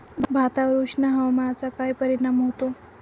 भातावर उष्ण हवामानाचा काय परिणाम होतो?